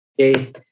Okay